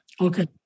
Okay